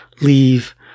leave